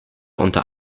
unter